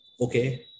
okay